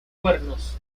cuernos